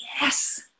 yes